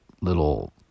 little